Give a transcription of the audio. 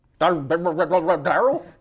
Daryl